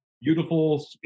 beautiful